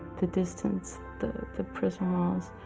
the distance the the prison walls